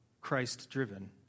Christ-driven